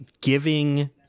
giving